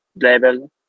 level